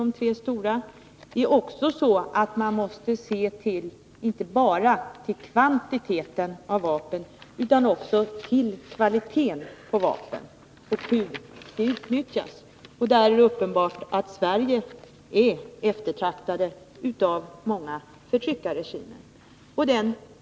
de tre stora — vi kan inte heller bara se till kvantiteten utan måste också se till kvaliteten på vapen och hur de utnyttjas. Det är uppenbart att Sverige ur dessa synpunkter är eftertraktat av många förtryckarregimer.